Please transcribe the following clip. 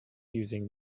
using